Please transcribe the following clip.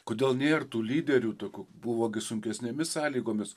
kodėl nėr tų lyderių tokių buvo gi sunkesnėmis sąlygomis